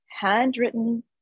handwritten